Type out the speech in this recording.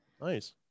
Nice